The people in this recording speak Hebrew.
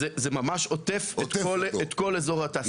זה ממש עוטף את כול אזור התעשייה.